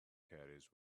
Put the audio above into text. caddies